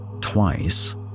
twice